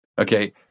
Okay